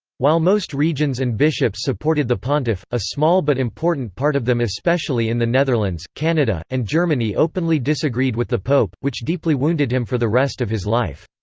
while most regions and bishops supported the pontiff, a small but important part of them especially in the netherlands, canada, and germany openly disagreed with the pope, which deeply wounded him for the rest of his life.